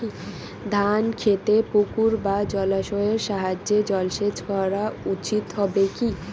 ধান খেতে পুকুর বা জলাশয়ের সাহায্যে জলসেচ করা উচিৎ হবে কি?